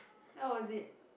how was it